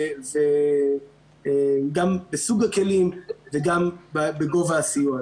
וגם בסוג הכלים וגם בגובה הסיוע.